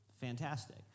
fantastic